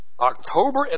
October